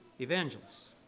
evangelists